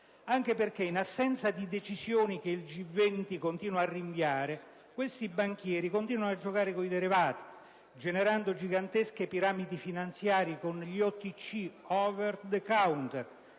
Anche perché, in assenza di decisioni, che il G20 continua a rinviare, questi banchieri continuano a giocare con i derivati, generando gigantesche piramidi finanziarie con strumenti OTC (*Over the Counter*)